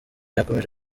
yakomeje